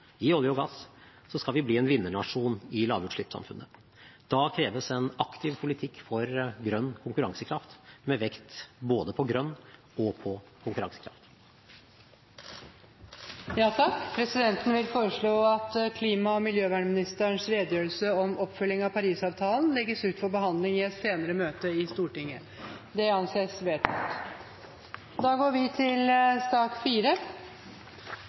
i olje og gass, så skal vi bli en vinnernasjon i lavutslippssamfunnet. Da kreves en aktiv politikk for grønn konkurransekraft – med vekt både på grønn og på konkurransekraft. Presidenten vil foreslå at klima- og miljøministerens redegjørelse om oppfølging av Paris-avtalen legges ut for behandling i et senere møte i Stortinget. – Det anses vedtatt.